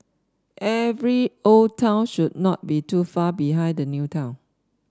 every old town should not be too far behind the new town